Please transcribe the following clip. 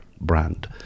brand